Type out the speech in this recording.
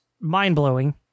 mind-blowing